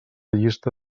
llista